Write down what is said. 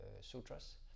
sutras